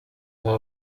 aba